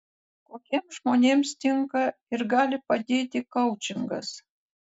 kokiems žmonėms tinka ir gali padėti koučingas